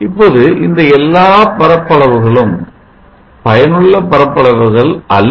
இப்பொழுது இந்த எல்லா பரப்பளவுகளும் பயனுள்ள பரப்பளவுகள் அல்ல